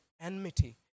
enmity